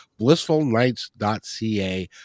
BlissfulNights.ca